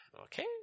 Okay